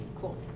Cool